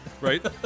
right